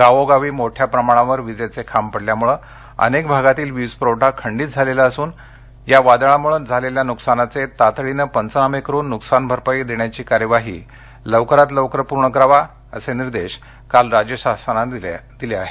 गावोगावी मोठ्या प्रमाणावर विजेचे खांब पडल्यामुळे अनेक भागातील वीजपुरवठा खंडित झालेला असून या वादळामुळे झालेल्या नुकसानीचे तातडीने पंचनामे करुन नुकसान भरपाई देण्याची कार्यवाही लवकरात लवकर पूर्ण कराअसे निर्देश काल राज्य शासनानं दिले आहेत